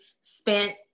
spent